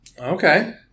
Okay